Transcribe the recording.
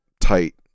tight